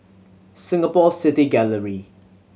Singapore City Gallery